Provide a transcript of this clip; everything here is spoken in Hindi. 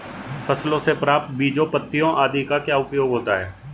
फसलों से प्राप्त बीजों पत्तियों आदि का क्या उपयोग होता है?